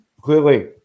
clearly